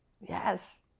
Yes